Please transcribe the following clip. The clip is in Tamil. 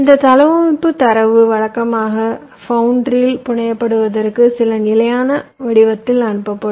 இந்த தளவமைப்பு தரவு வழக்கமாக ஃபவுண்டரியில் புனையப்படுவதற்கு சில நிலையான வடிவத்தில் அனுப்பப்படும்